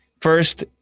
first